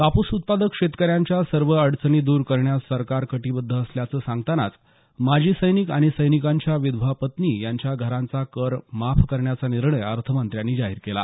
कापूस उत्पादक शेतकऱ्यांच्या सर्व अडचणी दूर करण्यास सरकार कटिबद्ध असल्याचं सांगतानाच माजी सैनिक आणि सैनिकांच्या विधवा पत्नी यांच्या घरांचा कर माफ करण्याचा निर्णय अर्थमंत्र्यांनी जाहीर केला